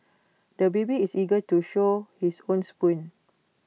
the baby is eager to show his own spoon